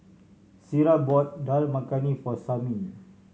Sierra bought Dal Makhani for Samie